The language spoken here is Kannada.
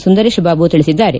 ಸುಂದರೇಶ್ಬಾಬು ತಿಳಿಸಿದ್ದಾರೆ